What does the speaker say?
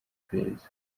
iperereza